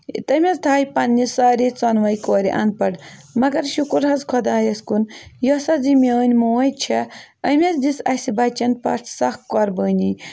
تٔمۍ حظ تھایہِ پَنٕنہِ سارے ژۄنوَے کورِ اَن پَڑھ مَگر شُکُر حظ خۄدایَس کُن یۄس حظ یہِ میٲنۍ موج چھےٚ أمۍ حظ دِژ اَسہِ بَچَن پتھ سَکھ قۄربٲنی